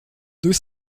deux